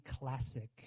classic